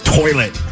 toilet